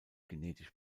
genetisch